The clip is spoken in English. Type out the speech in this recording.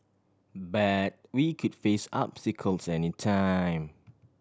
but we could face obstacles any time